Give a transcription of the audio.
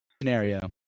scenario